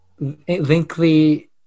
linkly